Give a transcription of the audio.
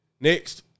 next